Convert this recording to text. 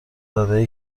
ادای